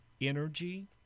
energy